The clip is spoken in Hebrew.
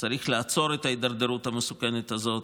צריך לעצור את ההידרדרות המסוכנת הזאת,